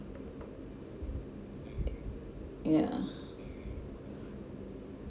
yeah